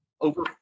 over